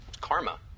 Karma